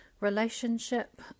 relationship